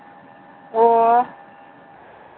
ꯑꯣ